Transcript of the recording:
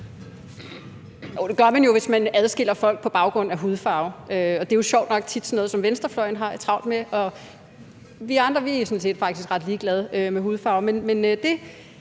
det gør man jo, hvis man adskiller folk på baggrund af hudfarve, og det er jo sjovt nok tit sådan noget, som venstrefløjen har lidt travlt med, og vi andre er faktisk sådan set ret ligeglade med hudfarve.